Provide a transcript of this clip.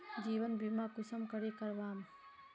जीवन बीमा कुंसम करे करवाम?